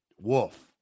Wolf